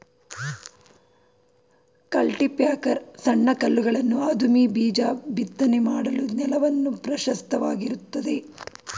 cultipacker ಸಣ್ಣ ಕಲ್ಲುಗಳನ್ನು ಅದುಮಿ ಬೀಜ ಬಿತ್ತನೆ ಮಾಡಲು ನೆಲವನ್ನು ಪ್ರಶಸ್ತವಾಗಿರುತ್ತದೆ